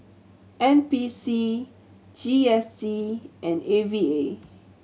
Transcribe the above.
N P C G S T and A V A